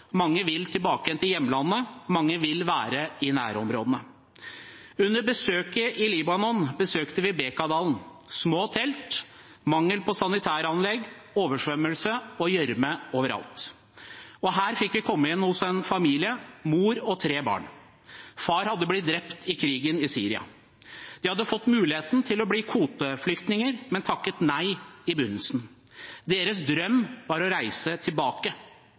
Mange vil tilbake igjen til hjemlandet; mange vil være i nærområdene. Under besøket i Libanon besøkte vi Bekaadalen – små telt, mangel på sanitæranlegg, oversvømmelse og gjørme overalt. Her fikk vi komme inn hos en familie med mor og tre barn. Faren var blitt drept i krigen i Syria. De hadde fått muligheten til å bli kvoteflyktninger, men takket nei i begynnelsen. Deres drøm var å reise tilbake.